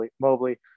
Mobley